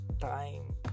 time